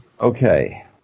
Okay